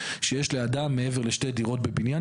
שיש לאדם מעבר לשתי דירות בבניין.